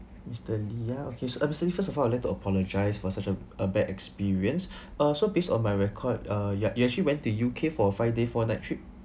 mister lee ya uh sorry first of all I'd like to apologize for such a a bad experience uh so based on my record uh you you actually went to U_K for a five day four night trip